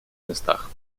местах